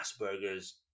Asperger's